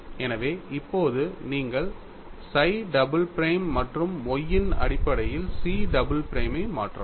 எனவே இப்போது நீங்கள் psi டபுள் பிரைம் மற்றும் Y இன் அடிப்படையில் chi டபுள் பிரைமை மாற்றலாம்